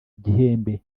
gihembe